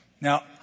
Now